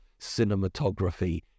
cinematography